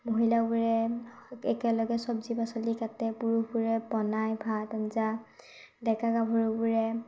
মহিলাবোৰে একেলগে চবজি পাচলি কাটে পুৰুষবোৰে বনায় ভাত আঞ্জা ডেকা গাভৰুবোৰে